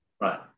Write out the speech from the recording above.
Right